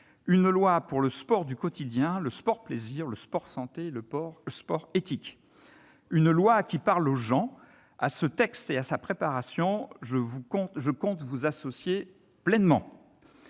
Une loi pour le sport du quotidien, le sport plaisir, le sport santé, le sport éthique. Une loi qui parle aux gens. À ce texte et à sa préparation, je compte vous associer pleinement.